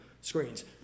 screens